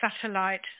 satellite